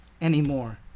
anymore